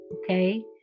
okay